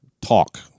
Talk